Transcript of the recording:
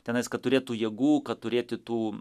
tenais kad turėtų jėgų kad turėti tų